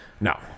No